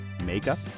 makeup